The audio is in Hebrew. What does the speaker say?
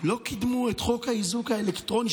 לא קידמו את חוק האיזוק האלקטרוני,